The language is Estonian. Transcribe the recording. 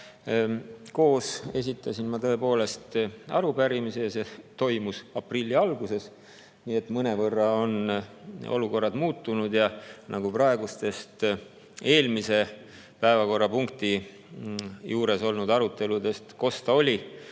koos esitasin ma tõepoolest arupärimise. See toimus aprilli alguses, nii et mõnevõrra on olukord muutunud. Nagu eelmise päevakorrapunkti juures olnud arutelust kosta oli,